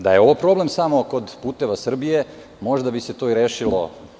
Da je ovo problem samo kod "Puteva Srbije" možda bi se to i rešilo.